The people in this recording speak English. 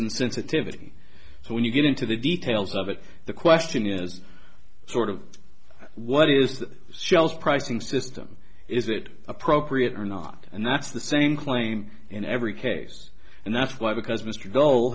insensitivity so when you get into the details of it the question is sort of what is the shells pricing system is it appropriate or not and that's the same claim in every case and that's why because mr